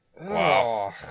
Wow